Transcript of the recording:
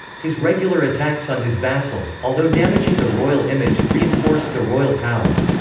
his regular attacks on his vassals, although damaging the royal image, reinforced the royal power.